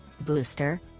booster